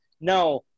No